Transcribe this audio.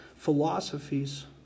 philosophies